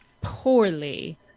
poorly